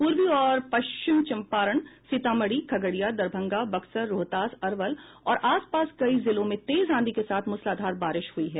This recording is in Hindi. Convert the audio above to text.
पूर्वी और पश्चिम चंपारण सीतामढ़ी खगड़िया दरभंगा बक्सर रोहतास अरवल और आस पास कई जिलों में तेज आंधी के साथ मूसलाधार बारिश हुई है